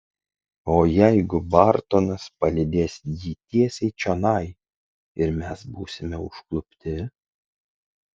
o jeigu bartonas palydės jį tiesiai čionai ir mes būsime užklupti